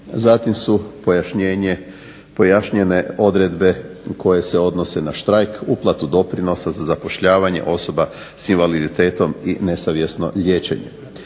zatim su pojašnjene odredbe koje se odnose na štrajk, uplatu doprinosa za zapošljavanje osoba s invaliditetom i nesavjesno liječenje.